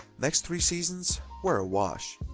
next three seasons were a wash.